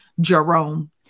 Jerome